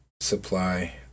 supply